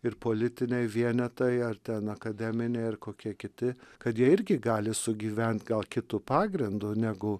ir politiniai vienetai ar ten akademiniai ar kokie kiti kad jie irgi gali sugyvent gal kitu pagrindu negu